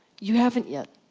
you haven't yet.